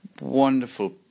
wonderful